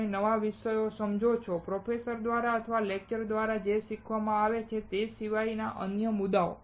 તમે નવા વિષયો સમજો છો પ્રોફેસરો દ્વારા અથવા કોઈ લેક્ચર દ્વારા જે શીખવવામાં આવે છે તે સિવાયના અન્ય મુદ્દાઓ